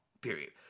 Period